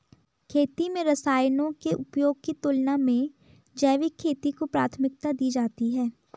खेती में रसायनों के उपयोग की तुलना में जैविक खेती को प्राथमिकता दी जाती है